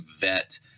vet